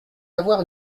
avoir